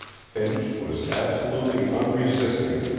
finch was absolutely unresisting.